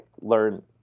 learn